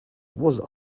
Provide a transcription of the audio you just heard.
was